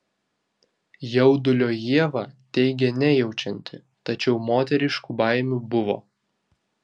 jaudulio ieva teigė nejaučianti tačiau moteriškų baimių buvo